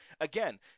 again